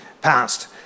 passed